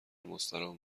مستراح